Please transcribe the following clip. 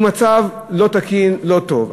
תאריך הלידה העברי שלהם, זה מצב לא תקין, לא טוב.